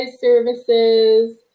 services